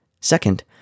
Second